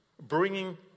bringing